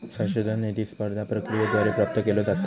संशोधन निधी स्पर्धा प्रक्रियेद्वारे प्राप्त केलो जाता